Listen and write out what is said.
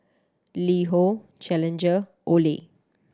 LiHo Challenger Olay